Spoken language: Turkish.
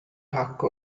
hakkı